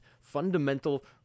fundamental